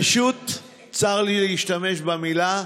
פשוט, צר לי להשתמש במילה,